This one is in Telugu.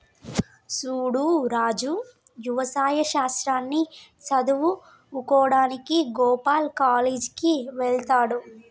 సూడు రాజు యవసాయ శాస్త్రాన్ని సదువువుకోడానికి గోపాల్ కాలేజ్ కి వెళ్త్లాడు